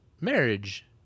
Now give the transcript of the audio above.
marriage